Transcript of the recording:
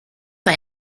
für